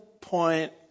point